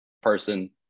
person